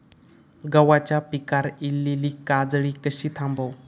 गव्हाच्या पिकार इलीली काजळी कशी थांबव?